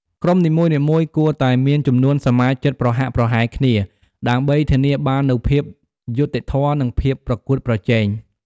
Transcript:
ក្រុមនីមួយៗគួរតែមានចំនួនសមាជិកប្រហាក់ប្រហែលគ្នា ដើម្បីធានាបាននូវភាពយុត្តិធម៌ និងភាពប្រកួតប្រជែង។